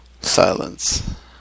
silence